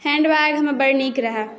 hand watch बड़ नीक रहै